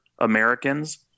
Americans